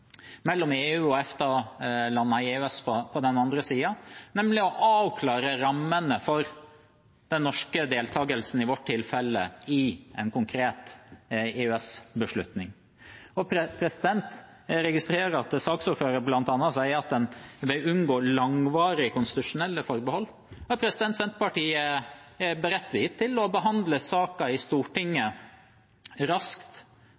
mellom EU og EFTA-landene i EØS på den andre siden – nemlig å avklare rammene for den norske deltakelsen, i vårt tilfelle i en konkret EØS-beslutning. Jeg registrerer at saksordføreren bl.a. sier at en vil unngå langvarige konstitusjonelle forbehold. Senterpartiet er berettiget til å behandle saken i Stortinget raskt